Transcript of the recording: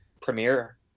premiere